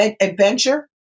adventure